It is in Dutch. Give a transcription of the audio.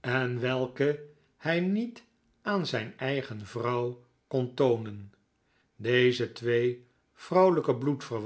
en welke hij niet aan zijn eigen vrouw kon toonen deze twee vrouwelijke